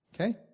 Okay